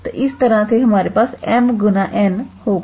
तोइस तरह से हमारे पास m गुना n होगा